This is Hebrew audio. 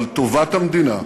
אבל טובת המדינה,